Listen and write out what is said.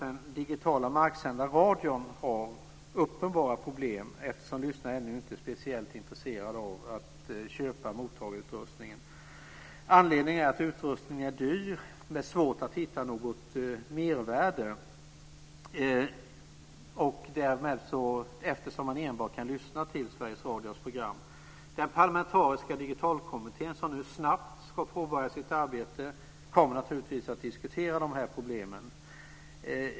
Den digitala marksända radion har däremot uppenbara problem, eftersom lyssnarna ännu inte är speciellt intresserade av att köpa mottagarutrustning. Anledningen är att utrustningen är dyr. Det är svårt att hitta något mervärde, eftersom man enbart kan lyssna till Sveriges Radios program. Den parlamentariska digitalkommittén, som nu snabbt ska påbörja sitt arbete, kommer naturligtvis att diskutera problemen.